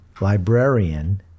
librarian